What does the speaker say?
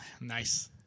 Nice